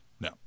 No